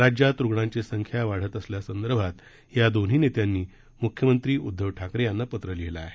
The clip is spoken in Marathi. राज्यात रुग्णांची संख्या वाढत असल्या संदर्भात या दोन्ही नेत्यांनी मुख्यमंत्री उद्दव ठाकरे यांना पत्र लिहिलं आहे